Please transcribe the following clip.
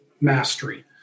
mastery